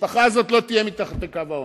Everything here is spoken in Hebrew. המשפחה הזאת לא תהיה מתחת לקו העוני.